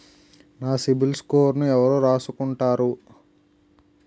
నా సిబిల్ స్కోరును ఎవరు రాసుకుంటారు